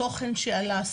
תוכן שעלה,